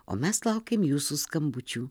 o mes laukiam jūsų skambučių